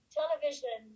television